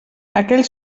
aquell